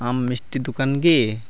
ᱟᱢ ᱢᱤᱥᱴᱤ ᱫᱚᱠᱟᱱ ᱜᱮ